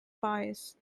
pious